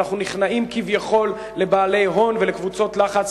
שאנחנו נכנעים כביכול לבעלי הון ולקבוצות לחץ,